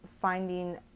finding